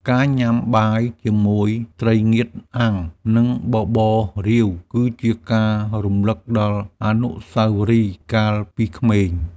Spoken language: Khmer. ការញ៉ាំបាយជាមួយត្រីងៀតអាំង និងបបររាវ គឺជាការរំលឹកដល់អនុស្សាវរីយ៍កាលពីក្មេង។